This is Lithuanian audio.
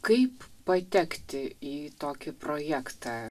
kaip patekti į tokį projektą